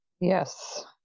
Yes